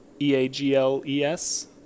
E-A-G-L-E-S